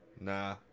Nah